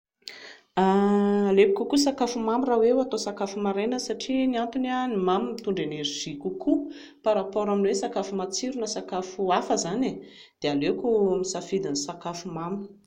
Aleoko kokoa sakafo mamy raha hoe hatao sakafo maraina satria ny antony a ny mamy mitondra energie kokoa par rapport amin'ny hoe sakafo matsiro na sakafo hafa izany e dia aleoko misafidy ny sakafo mamy